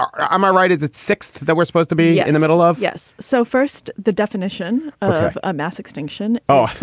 um am i right? is that sixth. were supposed to be in the middle of. yes so first, the definition of a mass extinction. oh,